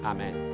Amen